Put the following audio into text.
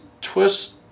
twist